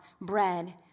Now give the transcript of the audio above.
bread